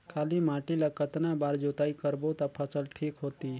काली माटी ला कतना बार जुताई करबो ता फसल ठीक होती?